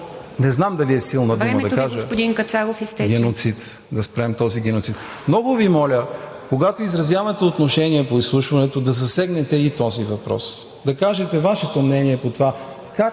…геноцид. Да спрем този геноцид. Много Ви моля, когато изразявате отношение по изслушването, да засегнете и този въпрос. Да кажете Вашето мнение по това